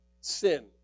sin